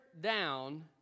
down